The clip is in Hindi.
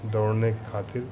दौड़ने के खातिर